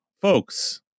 folks